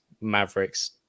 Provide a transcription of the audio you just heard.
Maverick's